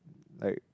like